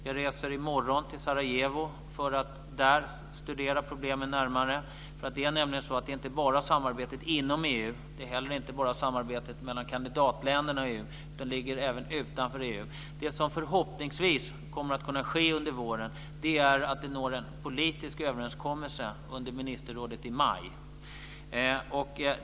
Jag reser i morgon till Sarajevo för att där studera problemen närmare. Det är nämligen så att det inte bara handlar om samarbetet inom EU. Det handlar inte heller bara om samarbetet mellan kandidatländerna och EU, utan det här ligger även utanför EU. Det som förhoppningsvis kommer att kunna ske under våren är att det nås en politisk överenskommelse under ministerrådet i maj.